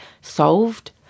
solved